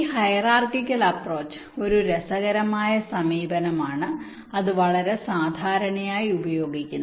ഈ hierarchical approach ഒരു രസകരമായ സമീപനമാണ് അത് വളരെ സാധാരണയായി ഉപയോഗിക്കുന്നു